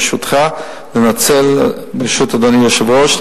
ברשות אדוני היושב-ראש,